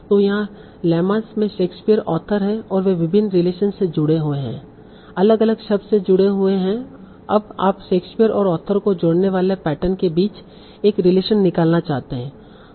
तो यहाँ लेमास में शेक्सपियर ऑथर हैं और वे विभिन्न रिलेशनस से जुड़े हुए हैं अलग अलग शब्द से जुड़े हुए हैं अब आप शेक्सपियर और ऑथर को जोड़ने वाले पैटर्न के बीच एक रिलेशन निकालना चाहते हैं